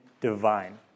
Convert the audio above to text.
divine